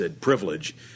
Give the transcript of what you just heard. privilege